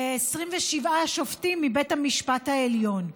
27 שופטים מבית המשפט העליון,